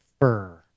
fur